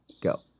Go